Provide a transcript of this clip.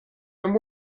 and